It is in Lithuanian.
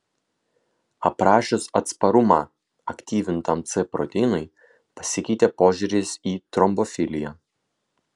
aprašius atsparumą aktyvintam c proteinui pasikeitė požiūris į trombofiliją